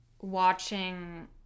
watching